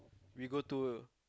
we go tour